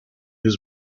his